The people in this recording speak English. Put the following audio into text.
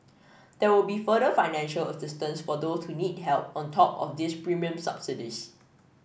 there will be further financial assistance for those who need help on top of these premium subsidies